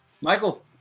Michael